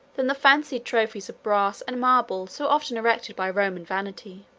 than the fancied trophies of brass and marble so often erected by roman vanity.